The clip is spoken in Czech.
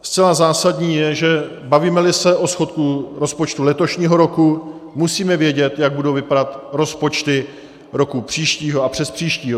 Zcela zásadní je, že bavímeli se o schodku rozpočtu letošního roku, musíme vědět, jak budou vypadat rozpočty roku příštího a přespříštího.